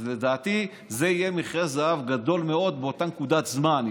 אז לדעתי זה יהיה מכרה זהב גדול מאוד באותה נקודת זמן.